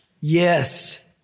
Yes